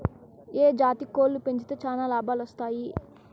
ఏ జాతి కోళ్లు పెంచితే చానా లాభాలు వస్తాయి?